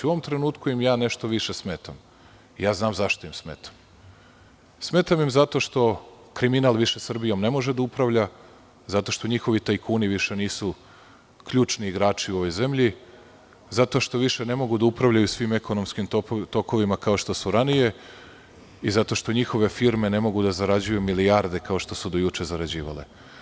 U ovom trenutku im ja nešto više smetam, smetam im zato što kriminal više Srbijom više ne može da upravlja, zato što njihovi tajkuni više nisu ključni igrači u ovoj zemlji, zato što više ne mogu da upravljaju svim ekonomskim tokovima kao što su ranije i zato što njihove firme ne mogu da zarađuju milijarde, kao što smo juče zarađivali.